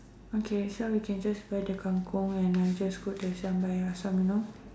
okay so we can just buy the kangkong and I'll just cook the sambal air asam you know